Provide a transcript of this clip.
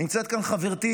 נמצאת כאן חברתי